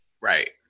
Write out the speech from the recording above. right